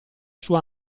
sua